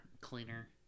cleaner